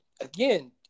again